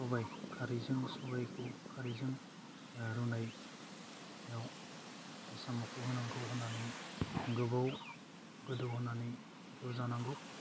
सबाइ खारैजों सबाइखौ खारैजो ओह रुनायआव साम'खौ होनांगौ होनानै गोबौ गोदौहोनानै जानांगौ